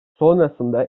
sonrasında